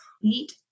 complete